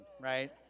right